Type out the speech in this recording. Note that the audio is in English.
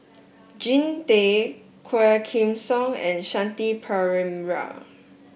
Jean Tay Quah Kim Song and Shanti Pereira